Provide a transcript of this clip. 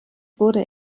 wurde